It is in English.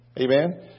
Amen